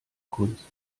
kunst